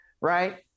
right